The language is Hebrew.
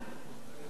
כך כתוב,